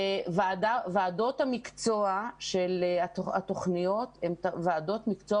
ועדות המקצוע של התוכניות הן ועדות מקצוע